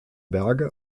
berge